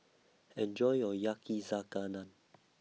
Enjoy your Yakizakana